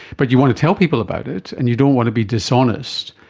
but you want to tell people about it and you don't want to be dishonest.